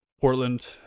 Portland